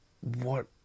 What-